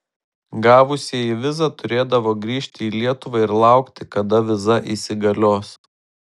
gavusieji vizą turėdavo grįžti į lietuvą ir laukti kada viza įsigalios